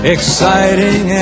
Exciting